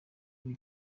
kuri